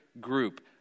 group